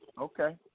Okay